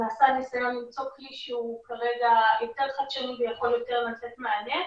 נעשה ניסיון למצוא כלי שהוא כרגע יותר חדשני ויכול יותר לתת מענה.